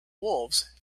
wolves